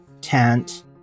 tent